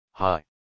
Hi